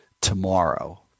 tomorrow